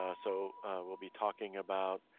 ah so we'll be talking about,